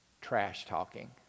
trash-talking